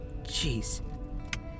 Jeez